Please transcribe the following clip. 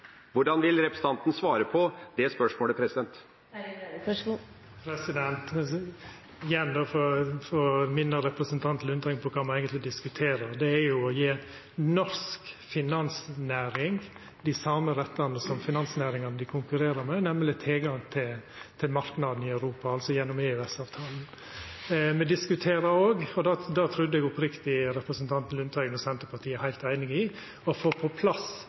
Hvordan vil representanten svare på det spørsmålet? Igjen må eg få minna representanten Lundteigen om kva me eigentleg diskuterer, og det er å gje norsk finansnæring dei same rettane som finansnæringane dei konkurrerer med, har, nemleg tilgang til marknadene i Europa, altså gjennom EØS-avtalen. Me diskuterer òg – det trudde eg oppriktig representanten Lundteigen og Senterpartiet er heilt einig i – å få på plass